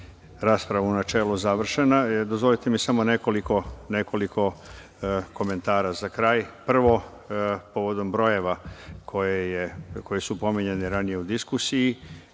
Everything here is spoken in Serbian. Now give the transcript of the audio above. rasprava u načelu završena. Dozvolite mi samo nekoliko komentara za kraj. Prvo, povodom brojeva koji su pominjani ranije u diskusiji,